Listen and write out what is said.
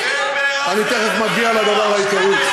אני תכף מגיע לדבר העיקרי.